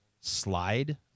slide